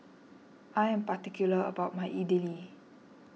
I am particular about my Idili